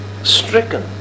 stricken